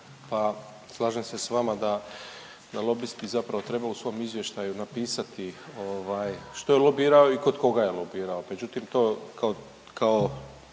Pa slažem se s vama da lobist bi zapravo trebao u svom izvještaju napisati ovaj, što je lobirao i kod koga je lobirao. Međutim, to kao,